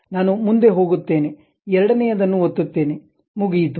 ನಾನು ಮುಂದೆ ಹೋಗುತ್ತೇನೆ ಎರಡನೆಯದನ್ನು ಒತ್ತುತ್ತೇನೆ ಮುಗಿಯಿತು